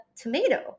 tomato